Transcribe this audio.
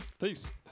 Peace